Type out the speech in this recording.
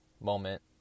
moment